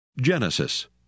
Genesis